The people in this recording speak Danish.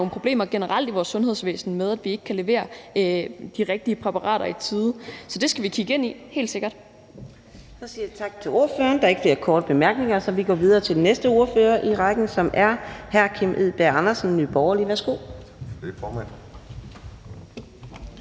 nogle problemer generelt i vores sundhedsvæsen med, at vi ikke kan levere de rigtige præparater i tide. Så det skal vi kigge ind i, helt sikkert. Kl. 11:35 Fjerde næstformand (Karina Adsbøl): Så siger vi tak til ordføreren. Der er ikke flere korte bemærkninger, så vi går videre til den næste ordfører i rækken, som er hr. Kim Edberg Andersen, Nye Borgerlige. Værsgo.